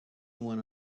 when